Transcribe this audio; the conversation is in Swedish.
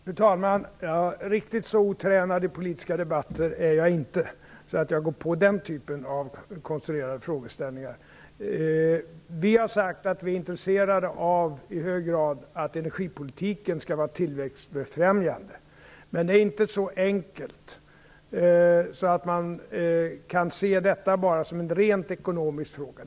Fru talman! Riktigt så otränad i politiska debatter är jag inte att jag går på den typen av konstruerade frågeställningar. Vi har sagt att vi är i hög grad intresserade av att energipolitiken skall vara tillväxtbefrämjande. Men det är inte så enkelt att man kan se detta som en rent ekonomisk fråga.